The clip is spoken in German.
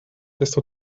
desto